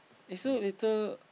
eh so later